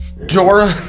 Dora